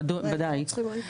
בוודאי.